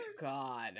God